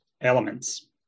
elements